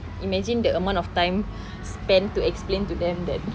imagine the amount of time spent to explain to them that